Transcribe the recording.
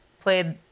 played